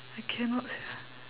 I cannot sia